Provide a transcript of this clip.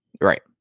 right